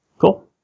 Cool